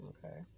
Okay